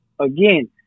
again